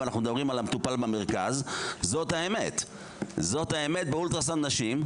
זאת האמת באולטרסאונד נשים,